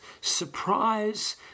surprise